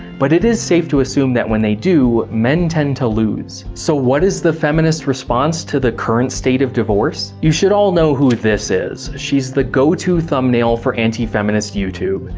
but it is safe to assume that when they do, men tend to lose. so what is the feminist response to the current state of divorce? you should all know who this is, she's the go-to thumbnail for anti-feminist youtube,